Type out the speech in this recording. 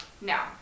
Now